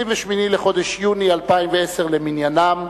28 בחודש יוני 2010 למניינם,